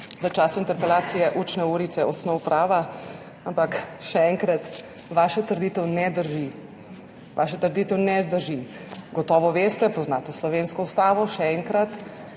v času interpelacije učne urice osnov prava. Ampak še enkrat, vaša trditev ne drži. Vaša trditev ne drži. Gotovo veste, poznate slovensko ustavo, še enkrat,